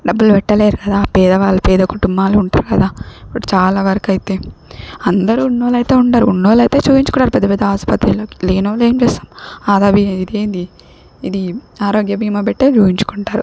డబ్బులు పెట్టలేరు కదా పేదవాళ్ళు పేద కుటుంబాలు ఉంటరు కదా కూడా చాలా వరకైతే అందరూ ఉన్న వాళ్ళయితే ఉండరు ఉన్న వాళ్ళయితే చూయించుకుంటారు పెద్దపెద్ద ఆస్పత్రిలోకి వెళ్ళి లేనోళ్ళేం చేస్తాం ఆదావి ఇదేంది ఇది ఆరోగ్య బీమా పెట్టే చూయించుకుంటారు